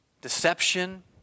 deception